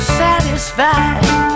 satisfied